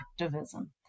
activism